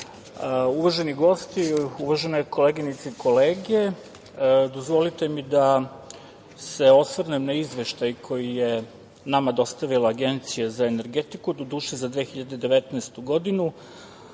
uvaženi gosti, uvažene koleginice i kolege, dozvolite mi da se osvrnem na Izveštaj koji je nama dostavila Agencija za energetiku, doduše za 2019. godinu,